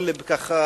הבקעה?